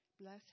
Bless